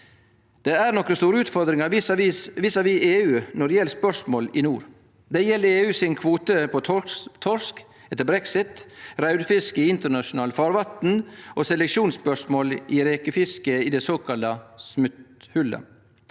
Det er nokre store utfordringar vis-à-vis EU når det gjeld spørsmål i nord. Det gjeld EU sin kvote på torsk etter brexit, raudfisk i internasjonalt farvatn og seleksjonsspørsmål i rekefisket i det såkalla Smutthullet.